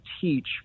teach